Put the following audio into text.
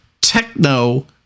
techno